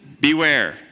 beware